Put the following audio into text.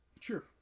Sure